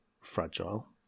fragile